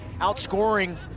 outscoring